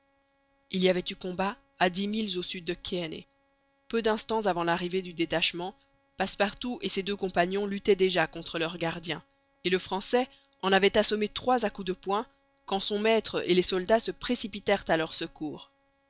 il y avait eu combat à dix milles au sud de kearney peu d'instants avant l'arrivée du détachement passepartout et ses deux compagnons luttaient déjà contre leurs gardiens et le français en avait assommé trois à coups de poing quand son maître et les soldats se précipitèrent à leur secours